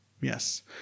Yes